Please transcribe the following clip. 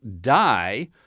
die